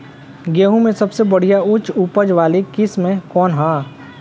गेहूं में सबसे बढ़िया उच्च उपज वाली किस्म कौन ह?